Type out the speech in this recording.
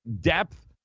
depth